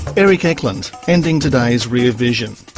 erik eklund ending today's rear vision.